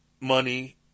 money